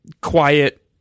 quiet